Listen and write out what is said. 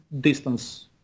distance